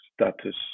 status